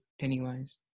pennywise